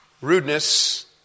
Rudeness